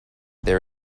there